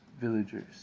Villagers